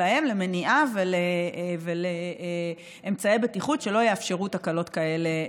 שלהם למניעה ולאמצעי בטיחות שלא יאפשרו תקלות כאלה,